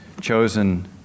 chosen